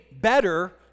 better